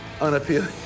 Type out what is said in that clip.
unappealing